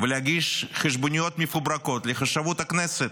ולהגיש חשבוניות מפוברקות לחשבות הכנסת?